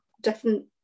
different